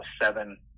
seven